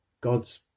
God's